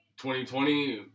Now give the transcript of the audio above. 2020